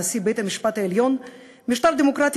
נשיא בית-המשפט העליון: "משטר דמוקרטי